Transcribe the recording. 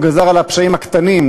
הוא גזר על הפשעים הקטנים,